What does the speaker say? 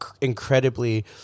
incredibly